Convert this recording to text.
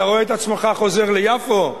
אתה רואה את עצמך חוזר ליפו?